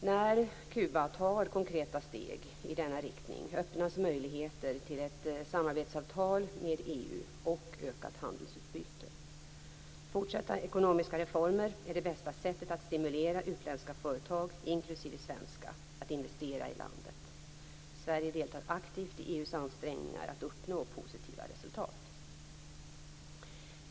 När Kuba tar konkreta steg i denna riktning öppnas möjligheter till ett samarbetsavtal med EU och ökat handelsutbyte. Fortsatta ekonomiska reformer är det bästa sättet att stimulera utländska företag, inklusive svenska, att investera i landet. Sverige deltar aktivt i EU:s ansträngningar att uppnå positiva resultat.